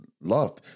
Love